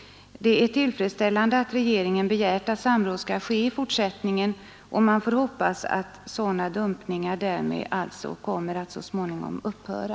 Det är tillfredsställande att regeringen begärt att samråd skall ske i fortsättningen, och man får hoppas att sådana dumpningar därmed alltså kommer att så småningom upphöra.